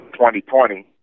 2020